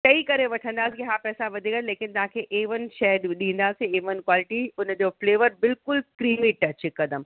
चई करे वठंदासीं कि हा पैसा वधीक लेकिनि तव्हांखे ए वन शइ ॾींदासीं ए वन क्वालिटी हुनजो फ़्लेवर बिल्कुलु क्रीमी टच हिकदमि